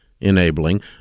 enabling